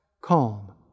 calm